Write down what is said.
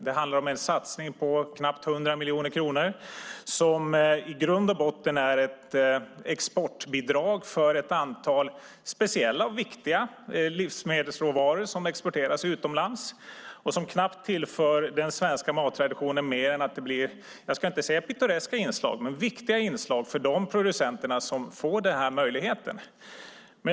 Det handlar om en satsning på knappt 100 miljoner kronor, som i grund och botten är ett exportbidrag för ett antal speciella och viktiga livsmedelsråvaror som exporteras utomlands och som knappt tillför den svenska mattraditionen mer än att det blir jag ska inte säga pittoreska inslag men viktiga inslag för de producenter som får möjligheten.